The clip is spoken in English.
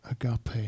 agape